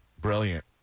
Brilliant